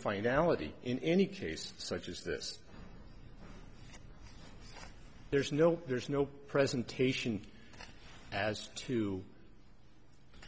find ality in any case such as this there's no there's no presentation as to